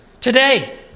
Today